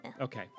Okay